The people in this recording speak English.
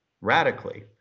radically